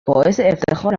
افتخار